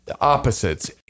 opposites